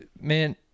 man